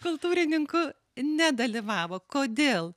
kultūrininkų nedalyvavo kodėl